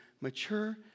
mature